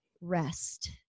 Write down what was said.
rest